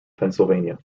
pennsylvania